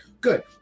good